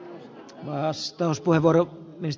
arvoisa puhemies